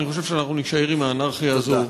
אני חושב שנישאר עם האנרכיה הזאת,